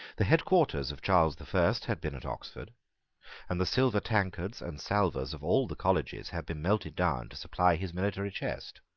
the head quarters of charles the first had been at oxford and the silver tankards and salvers of all the colleges had been melted down to supply his military chest.